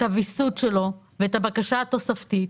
את הוויסות שלו ואת הבקשה התוספתית.